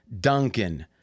Duncan